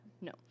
No